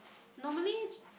normally